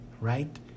right